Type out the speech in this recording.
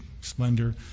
splendor